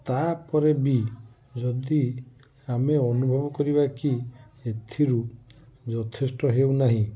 ତା'ପରେ ବି ଯଦି ଆମେ ଅନୁଭବ କରିବାକି ଏଥିରୁ ଯଥେଷ୍ଟ ହେଉ ନାହିଁ